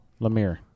lemire